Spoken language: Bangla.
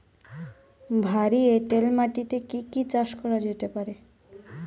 ভারী এঁটেল মাটিতে কি কি চাষ করা যেতে পারে?